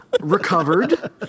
Recovered